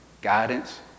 guidance